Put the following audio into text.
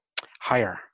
higher